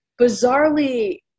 bizarrely